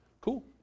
Cool